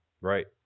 Right